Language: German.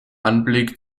anblick